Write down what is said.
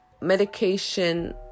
medication